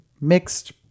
mixed